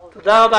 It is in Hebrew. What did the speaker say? תודה.